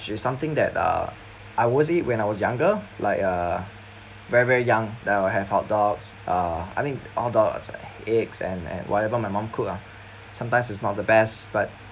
something that uh I always eat when I was younger like err very very young then I would have hot dogs uh I mean hot dogs eggs and and whatever my mom cook ah sometimes it's not the best but